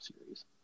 series